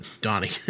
Donnie